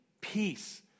peace